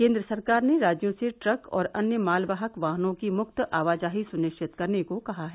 केन्द्र सरकार ने राज्यों से ट्रक और अन्य माल वाहक वाहनों की मुक्त आवाजाही सुनिश्चित करने को कहा है